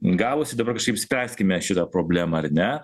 gavosi dabar spręskime šitą problemą ar ne